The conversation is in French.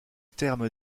terme